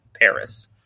Paris